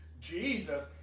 Jesus